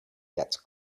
gets